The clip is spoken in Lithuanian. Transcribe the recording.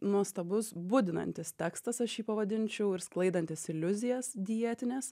nuostabus budinantis tekstas aš jį pavadinčiau ir sklaidantis iliuzijas dietines